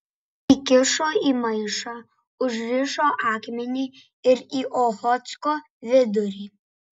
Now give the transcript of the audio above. įkišo į maišą užrišo akmenį ir į ochotsko vidurį